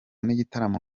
n’igitaramo